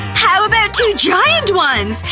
how about two giant ones!